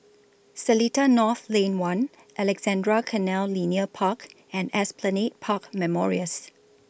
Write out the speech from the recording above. Seletar North Lane one Alexandra Canal Linear Park and Esplanade Park Memorials